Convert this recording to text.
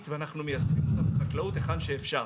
ואנחנו מיישמים אותה בחקלאות היכן שאפשר.